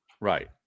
Right